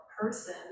person